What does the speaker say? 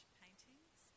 paintings